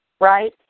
Right